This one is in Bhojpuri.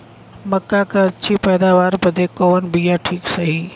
मक्का क अच्छी पैदावार बदे कवन बिया ठीक रही?